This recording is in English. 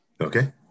Okay